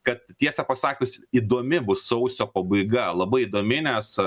kad tiesą pasakius įdomi bus sausio pabaiga labai įdomi nes